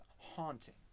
haunting